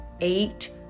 eight